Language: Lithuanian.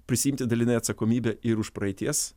prisiimti dalinai atsakomybę ir už praeities